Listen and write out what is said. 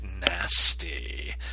nasty